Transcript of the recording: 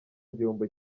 gihombo